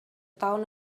town